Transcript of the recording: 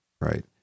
right